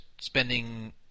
spending